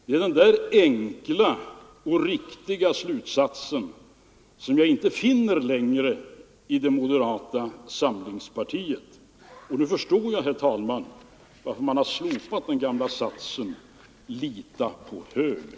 Det är den där enkla och riktiga slutsatsen som jag inte finner längre i det moderata samlingspartiet, och nu förstår jag, herr talman, varför man slopat den gamla satsen ”Lita på högern”.